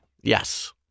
Yes